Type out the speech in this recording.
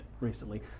recently